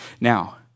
Now